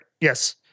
Yes